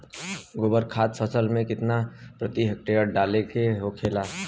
गोबर खाद फसल में कितना प्रति हेक्टेयर डाले के होखेला?